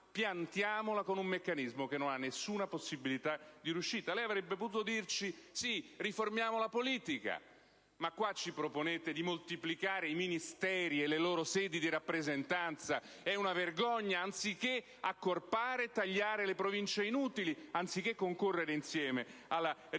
ma piantiamola con un meccanismo che non ha nessuna possibilità di riuscita». Avrebbe potuto dirci: «Riformiamo la politica». Invece ci proponete di moltiplicare i Ministeri e le loro sedi di rappresentanza - è una vergogna - anziché accorpare e tagliare le Province inutili, anziché concorrere insieme alla riduzione